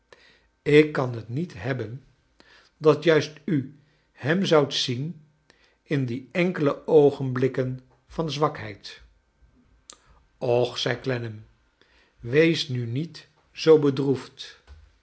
ik kan het niet hebben dat juist u hem zoudt zien in die enkele oogenblikken van zwakheid och zei clennam wees nu niet zoo bedroefd